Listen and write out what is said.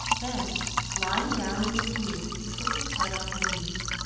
then lying down in the canoe he put his head on her knees,